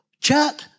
Chuck